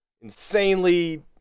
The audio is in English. insanely